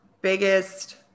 biggest